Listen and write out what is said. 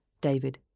David